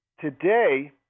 Today